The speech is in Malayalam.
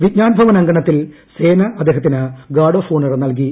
വിജ്ഞാൻ ഭവൻ അങ്കണത്തിൽ സേന അദ്ദേഹത്തിന് ഗാർഡ് ഓഫ് ഓണർ നൽകി